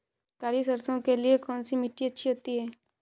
काली सरसो के लिए कौन सी मिट्टी अच्छी होती है?